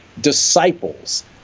disciples